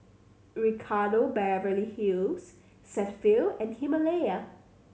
Ricardo Beverly Hills Cetaphil and Himalaya